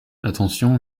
attention